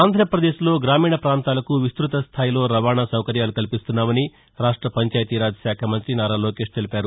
ఆంధ్రాపదేశ్లో గ్రామీణ ప్రాంతాలకు విస్తుత స్థాయిలో రవాణా సౌకర్యాలు కల్పిస్తున్నామని రాష్ట పంచాయితీరాజ్ శాఖ మంత్రి నారా లోకేష్ తెలిపారు